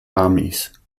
armies